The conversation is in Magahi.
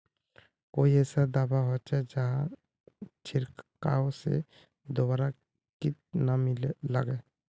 कोई ऐसा दवा होचे जहार छीरकाओ से दोबारा किट ना लगे?